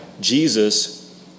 Jesus